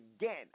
again